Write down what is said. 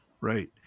right